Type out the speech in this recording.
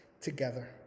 together